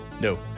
No